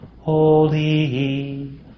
Holy